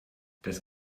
das